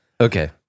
Okay